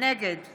נגד